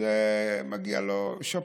על זה מגיע לו שאפו,